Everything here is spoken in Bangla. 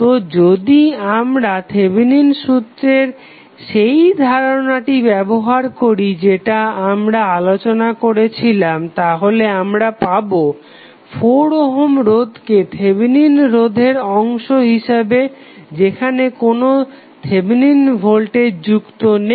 তো যদি আমরা থেভেনিন সুত্রের সেই ধারণাটি ব্যবহার করি যেটা আমরা আলোচনা করেছিলাম তাহলে আমরা পাবো 4 ওহম রোধকে থেভেনিন রোধের অংশ হিসাবে যেখানে কোনো থেভেনিন ভোল্টেজ যুক্ত নেই